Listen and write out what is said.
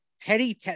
Teddy